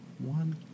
One